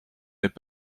n’est